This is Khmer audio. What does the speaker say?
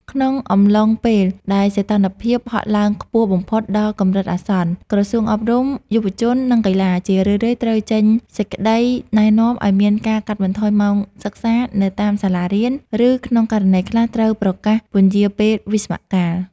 ក្នុងអំឡុងពេលដែលសីតុណ្ហភាពហក់ឡើងខ្ពស់បំផុតដល់កម្រិតអាសន្ន ក្រសួងអប់រំ យុវជន និងកីឡា ជារឿយៗត្រូវចេញសេចក្តីណែនាំឱ្យមានការកាត់បន្ថយម៉ោងសិក្សានៅតាមសាលារៀន ឬក្នុងករណីខ្លះត្រូវប្រកាសពន្យារពេលវិស្សមកាល។